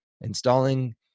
Installing